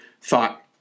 thought